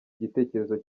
igitekerezo